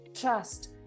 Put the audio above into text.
trust